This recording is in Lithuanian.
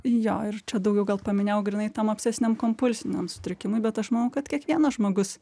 jo ir čia daugiau gal paminėjau grynai tam obsesiniam kompulsiniam sutrikimui bet aš manau kad kiekvienas žmogus